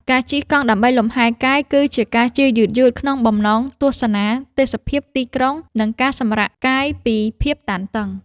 ការជិះកង់ដើម្បីលំហែកាយ គឺជាការជិះយឺតៗក្នុងបំណងទស្សនាទេសភាពទីក្រុង និងការសម្រាកកាយពីភាពតានតឹង។